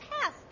past